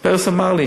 אז פרס אמר לי,